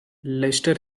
lester